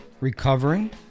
recovering